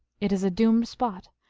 it is a doomed spot,